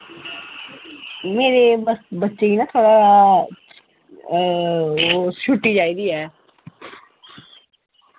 इंया गै बच्चें ई ना थोह्ड़ा ओह् छुट्टी चाहिदी ऐ